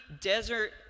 desert